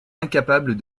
incapables